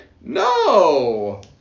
no